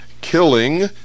killing